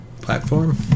platform